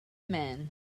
man